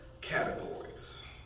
categories